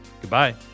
goodbye